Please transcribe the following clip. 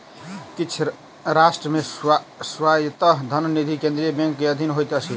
किछ राष्ट्र मे स्वायत्त धन निधि केंद्रीय बैंक के अधीन होइत अछि